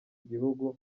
gihugu